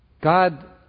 God